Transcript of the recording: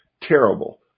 terrible